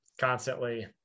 constantly